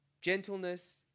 gentleness